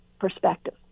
perspective